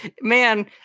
Man